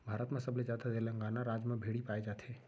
भारत म सबले जादा तेलंगाना राज म भेड़ी पाए जाथे